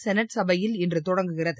senate சபையில் இன்று தொடங்குகிறது